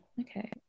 Okay